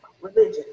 religion